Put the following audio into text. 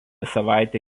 savaitę